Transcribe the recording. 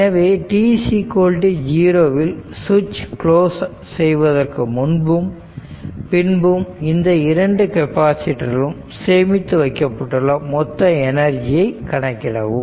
எனவே t0 இல் switch close செய்வதற்கு முன்பும் பின்பும் இந்த இரண்டு கெப்பாசிட்டரிலும் சேமித்து வைக்கப்பட்டுள்ள மொத்த எனர்ஜியை கணக்கிடவும்